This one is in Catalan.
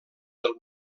del